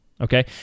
okay